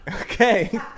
Okay